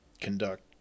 conduct